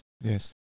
Yes